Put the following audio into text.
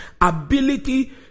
ability